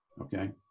okay